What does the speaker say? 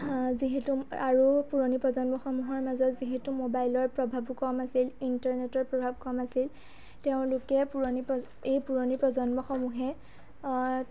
যিহেতু আৰু পুৰণি প্ৰজন্মসমূহৰ মাজত যিহেতু মোবাইলৰ প্ৰভাৱো কম আছিল ইণ্টাৰনেটৰ প্ৰভাৱ কম আছিল তেওঁলোকে পুৰণি প্ৰজ এই পুৰণি প্ৰজন্মসমূহে